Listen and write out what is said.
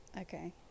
Okay